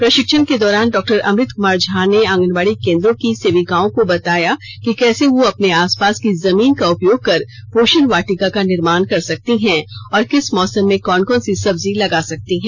प्रशिक्षण के दौरान डाक्टर अमृत कुमार झा ने आंगनबाड़ी केंद्रों की सेविकाओं को बताया कि कैसे वह अपने आस पास की जमीन का उपयोग कर पोषण वाटिका का निर्माण कर सकती हैं और किस मौसम में कौन कौन सी सब्ज़ी लगा सकती है